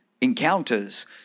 encounters